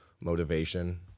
motivation